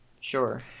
Sure